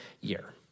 year